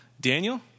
Daniel